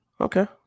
okay